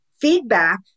feedback